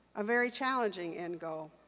a very challenging end goal.